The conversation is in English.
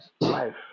life